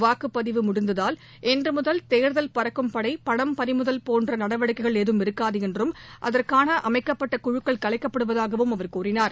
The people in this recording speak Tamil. வாக்குப்பதிவு முடிந்ததால் இன்று முதல் தேர்தல் பறக்கும் படை பணம் பறிமுதல் போன்ற நடவடிக்கைகள் ஏதும் இருக்காது என்றும் அதற்கான அமைக்கப்பட்ட குழுக்கள் கலைக்கப்படுவதாகவும் அவர் கூறினார்